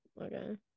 Okay